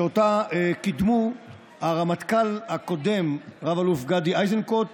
שאותה קידמו הרמטכ"ל הקודם רב-אלוף גדי איזנקוט,